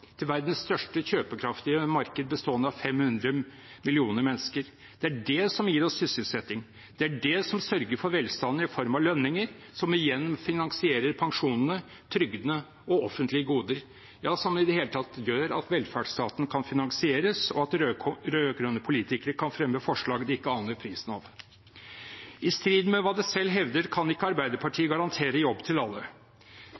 til verdens største kjøpekraftige marked bestående av 500 millioner mennesker. Det er det som gir oss sysselsetting. Det er det som sørger for velstanden i form av lønninger, som igjen finansierer pensjonene, trygdene og offentlige goder – ja, som i det hele tatt gjør at velferdsstaten kan finansieres, og at rød-grønne politikere kan fremme forslag de ikke aner prisen av. I strid med hva det selv hevder, kan ikke